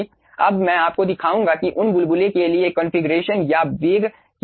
अब मैं आपको दिखाऊंगा कि उन बुलबुले के लिए कॉन्फ़िगरेशन या वेग क्या होगा